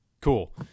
cool